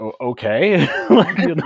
okay